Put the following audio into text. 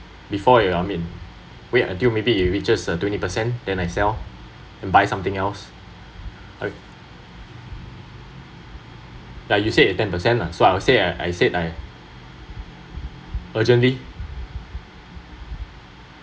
before you I mean wait until maybe it reaches twenty percent then I sell and buy something else uh like you said at ten percent lah so I'll said I'll said I urgently